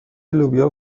لوبیا